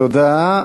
תודה.